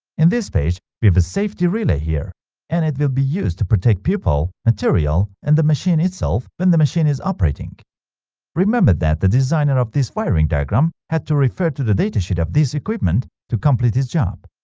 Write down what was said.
in this page, we've a safety relay here and it will be used to protect people material and the machine itself when the machine is operating remember that the designer of this wiring diagram had to refer to the datasheet of this equipment to complete his job